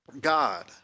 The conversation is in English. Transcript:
God